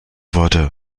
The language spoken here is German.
wurde